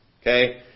Okay